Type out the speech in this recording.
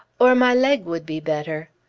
or my leg would be better.